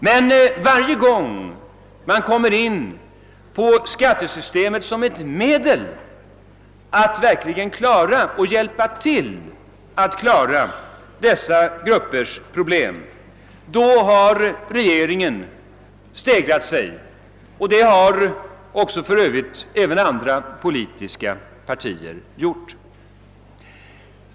Men varje gång man kommer in på skattesystemet som ett medel att verkligen hjälpa till med att lösa dessa gruppers problem har regeringen stegrat sig, och det har för övrigt även andra politiska partier gjort.